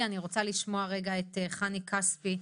אני רוצה לשמוע את חני כספי,